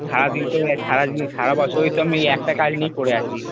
সারাদিন তো সারাদিন সারা বছরই তো আমি এই একটা কাজ নিয়েই পড়ে আছি